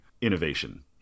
innovation